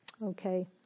Okay